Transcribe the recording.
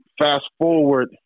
fast-forward